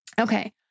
Okay